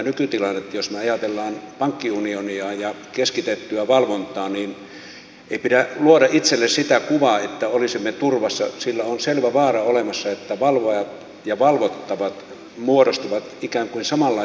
jos me ajattelemme pankkiunionia ja keskitettyä valvontaa niin ei pidä luoda itselle sitä kuvaa että olisimme turvassa sillä on selvä vaara olemassa että valvojat ja valvottavat muodostavat ikään kuin samanlaisen kuvan